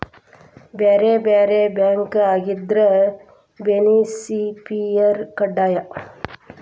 ಬ್ಯಾರೆ ಬ್ಯಾರೆ ಬ್ಯಾಂಕ್ ಆಗಿದ್ರ ಬೆನಿಫಿಸಿಯರ ಕಡ್ಡಾಯ